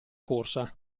corsa